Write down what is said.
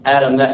Adam